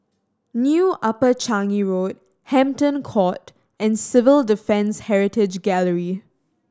New Upper Changi Road Hampton Court and Civil Defence Heritage Gallery